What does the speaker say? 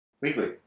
Weekly